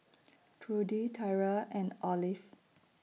Trudy Tyra and Olive